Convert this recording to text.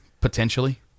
Potentially